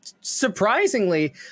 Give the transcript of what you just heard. surprisingly